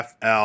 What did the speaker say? fl